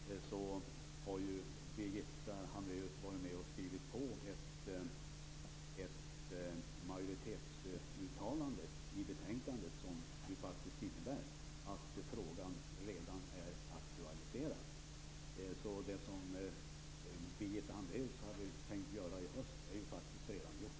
Men Birgitta Hambraeus har ju varit med om att skriva under ett majoritetsuttalande i betänkandet som innebär att frågan redan är aktualiserad. Det som Birgitta Hambraues hade tänkt att göra i höst är ju faktiskt redan gjort.